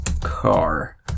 car